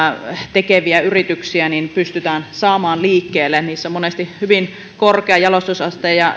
tekeviä yrityksiä saamaan liikkeelle niissä on monesti hyvin korkea jalostusaste ja